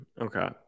Okay